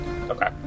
Okay